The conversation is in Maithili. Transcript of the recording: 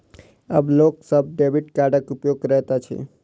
आब लोक सभ डेबिट कार्डक उपयोग करैत अछि